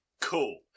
Cool